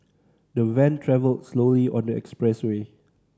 the van travelled slowly on the expressway